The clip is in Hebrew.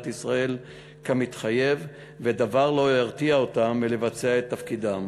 ישראל כמתחייב ודבר לא ירתיע אותם מלבצע את תפקידם.